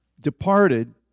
Departed